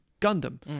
Gundam